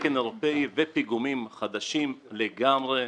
תקן אירופי ופיגומים חדשים לגמרי,